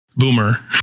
boomer